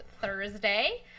Thursday